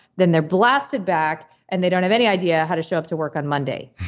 then they're blasted back and they don't have any idea how to show up to work on monday.